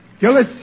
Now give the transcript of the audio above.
Gillis